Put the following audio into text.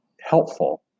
helpful